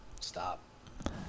stop